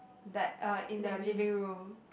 but uh in the living room